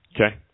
Okay